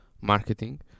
marketing